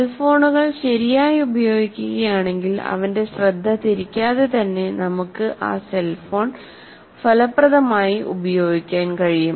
സെൽഫോണുകൾ ശരിയായി ഉപയോഗിക്കുകയാണെങ്കിൽ അവന്റെ ശ്രദ്ധ തിരിക്കാതെ തന്നെ നമുക്ക് ആ സെൽഫോൺ ഫലപ്രദമായി ഉപയോഗിക്കാൻ കഴിയും